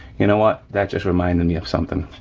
you know what, that just reminded me of something,